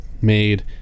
made